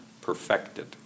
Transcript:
perfected